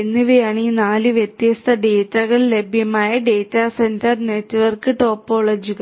എന്നിവയാണ് ഈ നാല് വ്യത്യസ്ത ഡാറ്റകൾ ലഭ്യമായ സെന്റർ നെറ്റ്വർക്ക് ടോപ്പോളജികൾ